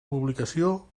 publicació